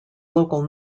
local